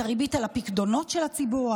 את הריבית על הפיקדונות של הציבור,